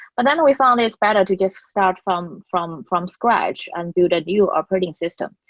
but then we found it's better to just start from from from scratch and build a new operating system.